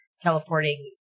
teleporting